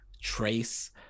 Trace